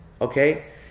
Okay